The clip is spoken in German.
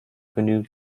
genügend